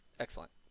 Excellent